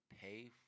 pay